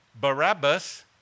Barabbas